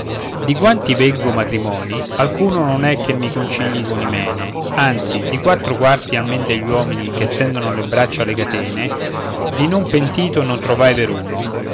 di quanti veggo matrimoni alcuno non è che mi concilii con imene anzi di quattro quarti almen degli uomini che stendono le braccia alle catene di non pentito non trovai veruno